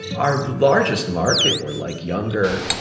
our largest market were like younger,